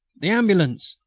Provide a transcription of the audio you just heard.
the ambulance!